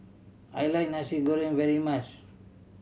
I like Nasi Goreng very much